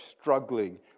struggling